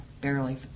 Barely